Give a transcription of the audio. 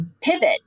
pivot